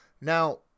Now